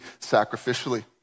sacrificially